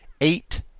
eight